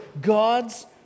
God's